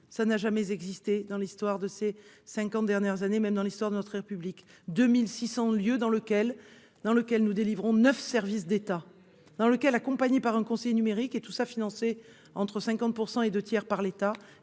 Ça n'a jamais existé dans l'histoire de ces 50 dernières années, même dans l'histoire de notre République 2600 lieu dans lequel dans lequel nous délivrons 9 service d'état dans lequel accompagnés par un conseiller numérique et tout ça financé entre 50% et 2 tiers par l'État